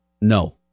No